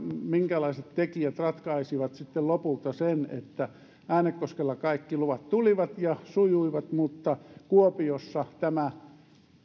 minkälaiset tekijät ratkaisivat sitten lopulta sen että äänekoskella kaikki luvat tulivat ja sujuivat mutta kuopiossa tämä